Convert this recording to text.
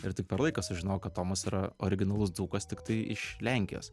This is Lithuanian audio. ir tik per laiką sužinojau kad tomas yra originalus dzūkas tiktai iš lenkijos